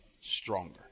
stronger